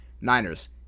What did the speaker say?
Niners